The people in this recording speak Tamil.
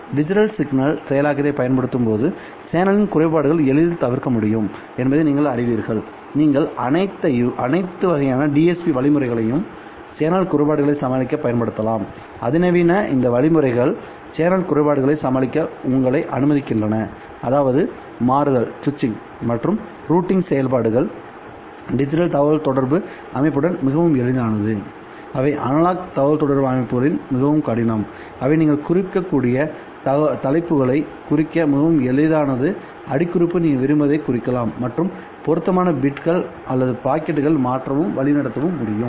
டிஜிட்டல் சிக்னல் செயலாக்கத்தைப் பயன்படுத்தும் போது சேனலின் குறைபாடுகள் எளிதில் தவிர்க்க முடியும் என்பதை நீங்கள் அறிவீர்கள்நீங்கள் அனைத்து வகையான டிஎஸ்பி வழிமுறைகளையும் சேனல் குறைபாடுகளை சமாளிக்க பயன்படுத்தலாம் அதிநவீன இந்த வழிமுறைகள் சேனல் குறைபாடுகளை சமாளிக்க உங்களை அனுமதிக்கின்றனஅதாவது மாறுதல் மற்றும் ரூட்டிங் செயல்பாடுகள் டிஜிட்டல் தகவல்தொடர்பு அமைப்புடன் மிகவும் எளிதானதுஅவை அனலாக் தகவல்தொடர்பு அமைப்புகளில் மிகவும் கடினம் அவை நீங்கள் குறிக்கக்கூடிய தலைப்புகளைக் குறிக்க மிகவும் எளிதானது அடிக்குறிப்புகள் நீங்கள் விரும்பியதைக் குறிக்கலாம் மற்றும் பொருத்தமான பிட்களை அல்லது பாக்கெட்டுகள் மாற்றவும் வழிநடத்தவும் முடியும்